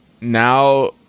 now